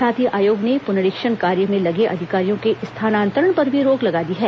साथ ही आयोग ने पुनरीक्षण कार्य में लगे अधिकारियों के स्थानांतरण पर भी रोक लगा दी है